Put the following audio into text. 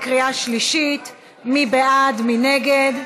השנייה הוא הצביע בטעות בעד במקום נגד.